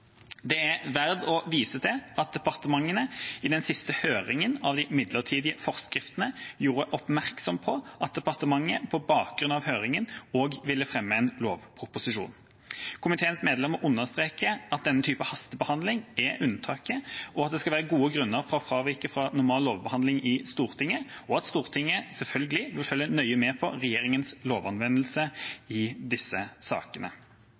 Det er verdt å vise til at departementene i den siste høringen av de midlertidige forskriftene gjorde oppmerksom på at departementet på bakgrunn av høringen også ville fremme en lovproposisjon. Komiteens medlemmer understreker at denne type hastebehandling er unntaket, at det skal være gode grunner for å fravike normal lovbehandling i Stortinget, og at Stortinget selvfølgelig vil følge nøye med på regjeringas lovanvendelse i disse sakene.